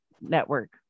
network